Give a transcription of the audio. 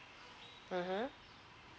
(uh huh)